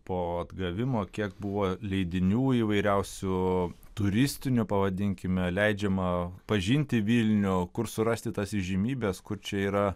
po atgavimo kiek buvo leidinių įvairiausių turistinių pavadinkime leidžiama pažinti vilnių kur surasti tas įžymybes kur čia yra